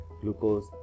glucose